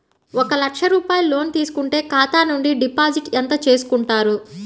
ఒక లక్ష రూపాయలు లోన్ తీసుకుంటే ఖాతా నుండి డిపాజిట్ ఎంత చేసుకుంటారు?